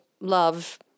love